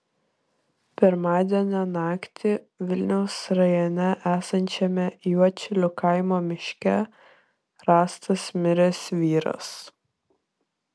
pirmadienio naktį vilniaus rajone esančiame juodšilių kaimo miške rastas miręs vyras